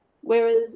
Whereas